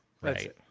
Right